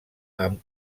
amb